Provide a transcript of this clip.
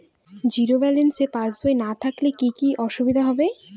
Zero balance passbook না থাকলে কি কী অসুবিধা হবে?